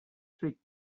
trick